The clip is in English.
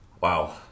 Wow